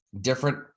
different